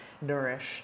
nourish